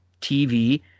TV